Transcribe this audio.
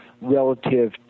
relative